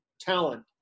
talent